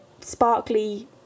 sparkly